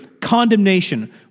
condemnation